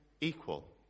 equal